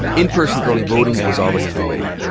in person early voting was already underway.